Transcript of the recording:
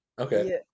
okay